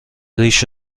ریش